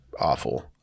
awful